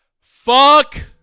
Fuck